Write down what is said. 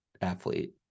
athlete